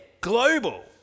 global